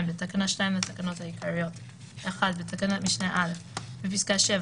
2. בתקנה 2 לתקנות העיקריות ־ (1) בתקנת משנה (א) ־ בפסקה (7),